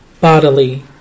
bodily